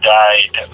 died